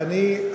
אני,